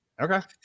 Okay